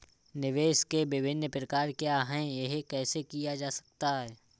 निवेश के विभिन्न प्रकार क्या हैं यह कैसे किया जा सकता है?